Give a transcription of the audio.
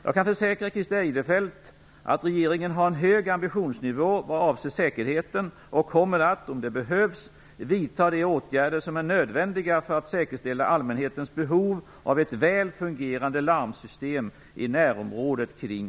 Jag kan försäkra Christer Eirefelt att regeringen har en hög ambitionsnivå vad avser säkerheten och kommer, om det behövs, att vidta de åtgärder som är nödvändiga för att säkerställa allmänhetens behov av ett väl fungerande larmsystem i närområdet kring